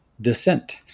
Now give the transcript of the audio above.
Descent